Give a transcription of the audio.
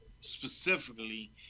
specifically